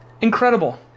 Incredible